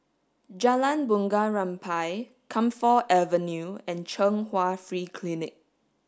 Jalan Bunga Rampai Camphor Avenue and Chung Hwa Free Clinic